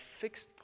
fixed